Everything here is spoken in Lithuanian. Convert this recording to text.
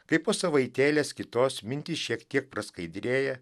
kai po savaitėlės kitos mintys šiek tiek praskaidrėja